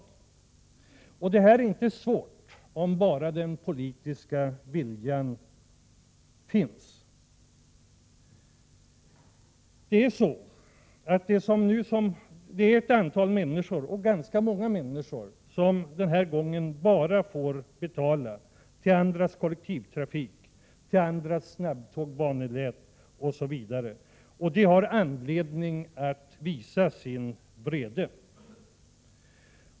Det här är inte svårt, om bara den politiska viljan finns. Det blir ett antal människor, och ganska många människor, som den här gången bara får betala — till andras kollektivtrafik, till andras snabbtåg, till andras bannät osv. Dessa människor har anledning att visa sin vrede.